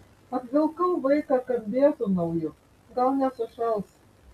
apvilkau vaiką kambiezu nauju gal nesušals